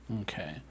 okay